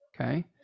okay